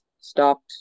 stopped